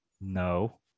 No